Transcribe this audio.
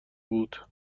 بود